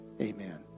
Amen